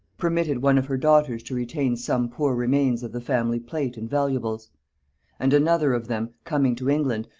permitted one of her daughters to retain some poor remains of the family plate and valuables and another of them, coming to england,